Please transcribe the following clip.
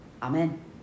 amen